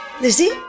Lizzie